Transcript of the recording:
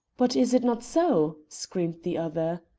but is it not so? screamed the other.